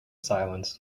silence